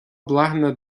bláthanna